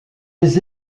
les